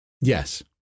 Yes